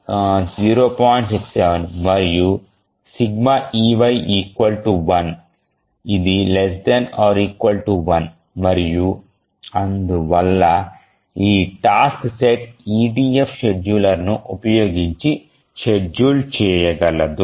67 మరియు ∑ey 1 ఇది ≤ 1 మరియు అందువల్ల ఈ టాస్క్ సెట్ EDF షెడ్యూలర్ను ఉపయోగించి షెడ్యూల్ చేయగలదు